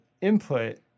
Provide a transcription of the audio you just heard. input